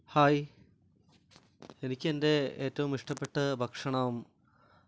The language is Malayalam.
ഹായ് എനിക്കെൻ്റെ ഏറ്റവും ഇഷ്ടപ്പെട്ട ഭക്ഷണം